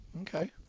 Okay